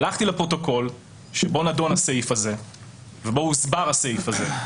הלכתי לפרוטוקול שבו נדון והוסבר הסעיף הזה.